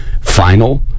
Final